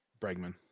Bregman